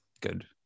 Good